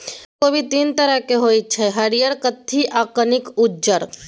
बंधा कोबी तीन तरहक होइ छै हरियर, कत्थी आ कनिक उज्जर